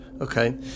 Okay